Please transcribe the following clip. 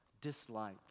Dislike